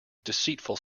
deceitful